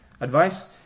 Advice